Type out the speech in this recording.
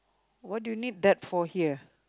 what do you need that for here